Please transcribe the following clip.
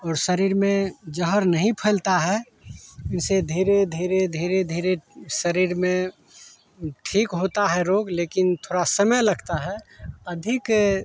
और शरीर में जहर नहीं फैलता है इसे धीरे धीरे धीरे धीरे शरीर में ठीक होता है रोग लेकिन थोड़ा समय लगता है अधिक